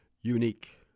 unique